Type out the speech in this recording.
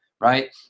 right